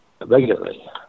regularly